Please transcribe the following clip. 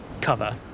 cover